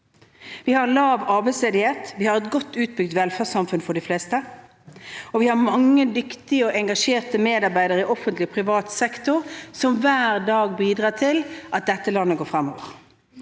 Vi har lav arbeidsledighet, vi har et godt utbygd velferdssamfunn for de fleste, og vi har mange dyktige og engasjerte medarbeidere i offentlig og privat sektor som hver dag bidrar til at dette landet går fremover.